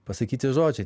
pasakyti žodžiai